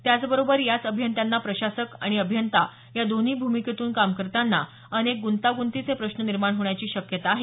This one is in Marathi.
त्याचबरोबर याच अभियंत्यांना प्रशासक आणि अभियंता या दोन्ही भूमिकेतून काम करताना अनेक गृंतागृंतीचे प्रश्न निर्माण होण्याची शक्यता आहे